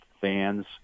fans